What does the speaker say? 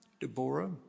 Deborah